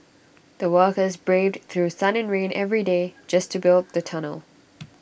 the workers braved through sun and rain every day just to build the tunnel